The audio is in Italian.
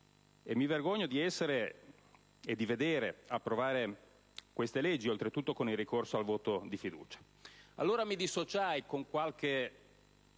Mi vergogno di vedere approvate queste leggi, oltretutto con il ricorso al voto di fiducia. Allora mi dissociai, con qualche